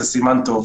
זה סימן טוב.